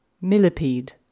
Millipede